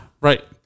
Right